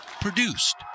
Produced